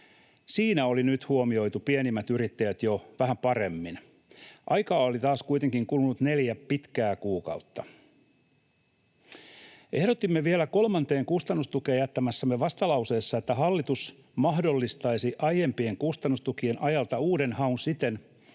Siinä oli nyt huomioitu pienimmät yrittäjät jo vähän paremmin. Aikaa oli taas kuitenkin kulunut neljä pitkää kuukautta. Ehdotimme vielä kolmanteen kustannustukeen jättämässämme vastalauseessa, että hallitus mahdollistaisi aiempien kustannustukien ajalta uuden haun siten,